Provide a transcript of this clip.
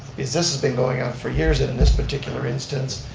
because this has been going on for years in and this particular instance.